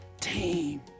team